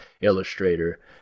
Illustrator